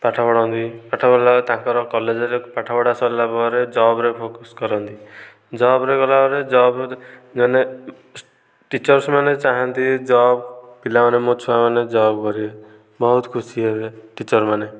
ପାଠପଢ଼ନ୍ତି ପାଠପଢ଼ା ତାଙ୍କର କଲେଜ୍ ରେ ପାଠପଢ଼ା ସରିଲାପରେ ଜବ୍ ରେ ଫୋକସ୍ କରନ୍ତି ଜବ୍ ରେ ଗଲାବେଳେ ଜବ୍ ଗଲେ ଟିଚର୍ସ୍ ମାନେ ଚାହାନ୍ତି ଜବ୍ ପିଲାମାନେ ମୋ ଛୁଆମାନେ ଜବ୍ କରିବେ ବହୁତ୍ ଖୁସି ହେବେ ଟିଚରମାନେ